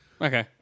Okay